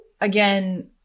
again